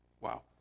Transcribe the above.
Wow